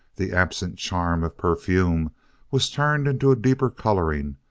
the absent charm of perfume was turned into a deeper coloring,